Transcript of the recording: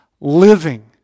Living